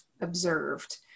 observed